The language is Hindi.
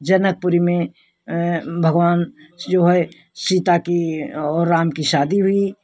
जनकपुरी में भगवान जो है सीता की और राम की शादी हुई